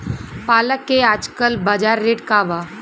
पालक के आजकल बजार रेट का बा?